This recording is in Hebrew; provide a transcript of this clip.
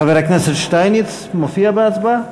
חבר הכנסת שטייניץ מופיע בהצבעה?